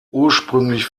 ursprünglich